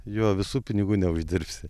jo visų pinigų neuždirbsi